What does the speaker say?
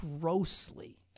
grossly